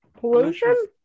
Pollution